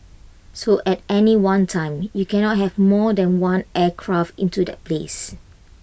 so at any one time you cannot have more than one aircraft into that place